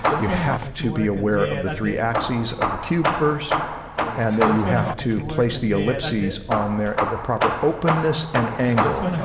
you have to be aware of the three-axis of the cube first and then you have to place the ellipses on there at their proper openness and angle.